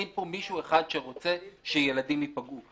אין פה מישהו אחד שרוצה שילדים ייפגעו.